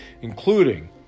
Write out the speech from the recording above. including